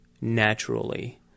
naturally